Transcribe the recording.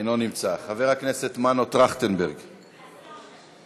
אינו נמצא, חבר הכנסת מנו טרכטנברג, אינו נמצא.